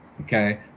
okay